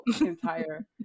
entire